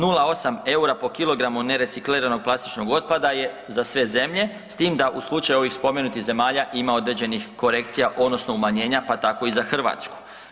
0,8 eura po kilogramu nerecikliranog plastičnog otpada je za sve zemlje s tim da u slučaju ovih spomenutih zemalja ima određenih korekcija odnosno umanjenja pa tako i za Hrvatsku.